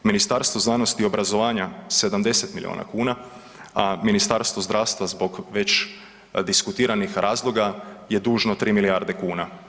Ministarstvo znanosti i obrazovanja 70 milijuna kuna, a Ministarstvo zdravstva zbog već diskutiranih razloga, je dužno 3 milijarde kuna.